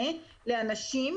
שהכול מתנקז לפרנקפורט,